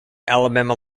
alabama